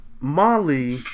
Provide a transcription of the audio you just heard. Molly